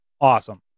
Awesome